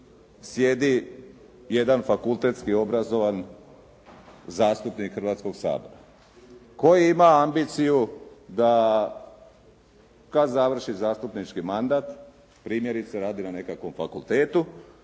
sjedi jedan fakultetski obrazovan zastupnik Hrvatskog sabora koji ima ambiciju da kad završi zastupnički mandat primjerice radi na nekakvom fakultetu,